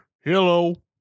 Hello